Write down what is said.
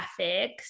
graphics